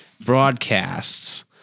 broadcasts